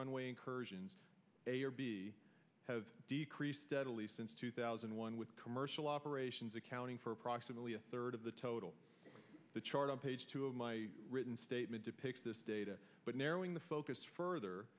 runway incursions a or b have decreased steadily since two thousand and one with commercial operations accounting for approximately a third of the total the chart on page two of my written statement depicts this data but narrowing the focus further